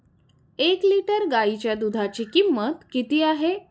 एक लिटर गाईच्या दुधाची किंमत किती आहे?